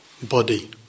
body